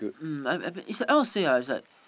mm I I it's like how to say ah it's like